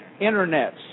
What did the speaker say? internets